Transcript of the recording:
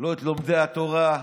לא לומדי התורה,